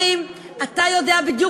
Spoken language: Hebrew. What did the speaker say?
אדוני